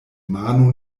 mano